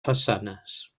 façanes